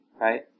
right